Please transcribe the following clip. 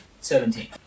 Seventeen